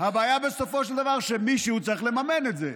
הבעיה בסופו של דבר היא שמישהו צריך לממן את זה.